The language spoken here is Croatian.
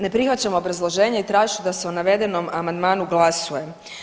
Ne prihvaćam obrazloženje i tražit ću da se o navedenom amandmanu glasuje.